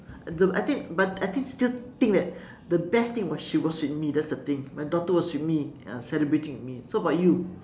but I think but I think still think that the best thing was she was with me that's the thing my daughter was with me celebrating with me so what about you